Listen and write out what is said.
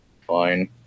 Fine